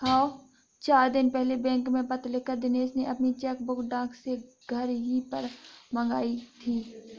चार दिन पहले बैंक में पत्र लिखकर दिनेश ने अपनी चेकबुक डाक से घर ही पर मंगाई थी